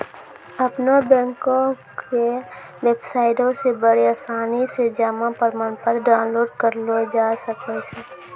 अपनो बैंको के बेबसाइटो से बड़ी आसानी से जमा प्रमाणपत्र डाउनलोड करलो जाय सकै छै